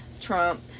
Trump-